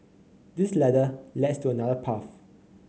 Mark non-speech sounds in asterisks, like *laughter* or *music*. this ladder *unintelligible* to another path